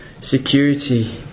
security